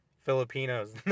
Filipinos